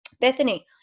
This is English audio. bethany